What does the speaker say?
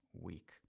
week